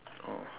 oh